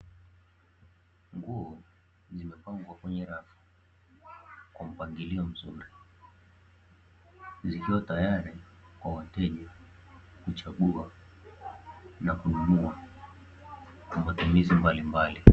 Nguo zimepangwa kwenye rafu kwa mpangilio mzuri, zikiwa tayari kwa wateja kuchagua na kununua kwa matumizi mbalimbali.